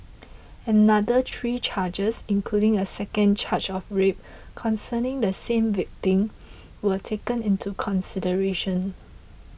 another three charges including a second charge of rape concerning the same victim were taken into consideration